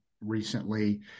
recently